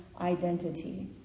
identity